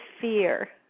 fear